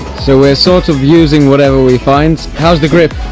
so we are sort of using whatever we find how is the grip?